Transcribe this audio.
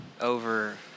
over